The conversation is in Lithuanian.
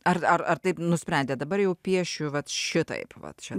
ar ar taip nusprendė dabar jau piešiu vat šitaip va čia